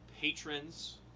patrons